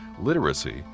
literacy